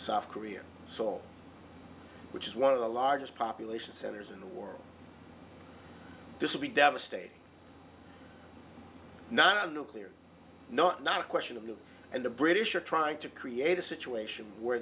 south korea song which is one of the largest population centers in the world this will be devastating not nuclear not not a question of you and the british are trying to create a situation where